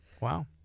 wow